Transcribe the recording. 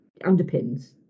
underpins